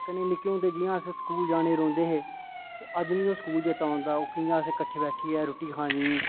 कन्नै निक्के हुंदे जि'यां अस स्कूल जाने गी रौंह्दे ते अज्ज मिगी ओह् स्कूल चेता औंदा ओह् कि'यां असें कट्ठे बैठिये रुट्टी खानी